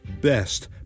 best